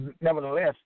nevertheless